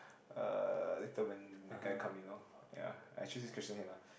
uh later when the guy come in lor ya I choose this question ya ah